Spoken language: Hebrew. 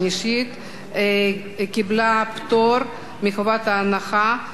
קיבלה פטור מחובת ההנחה לכל